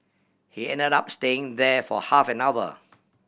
he ended up staying there for half an hour